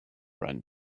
ran